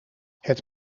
het